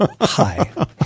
Hi